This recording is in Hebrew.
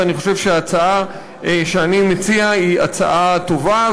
ואני חושב שההצעה שאני מציע היא הצעה טובה,